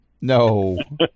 No